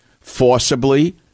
Forcibly